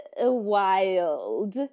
wild